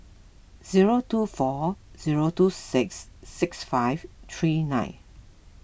zero two four zero two six six five three nine